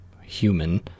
human